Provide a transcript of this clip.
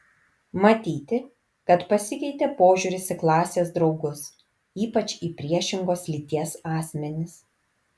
matyti kad pasikeitė požiūris į klasės draugus ypač į priešingos lyties asmenis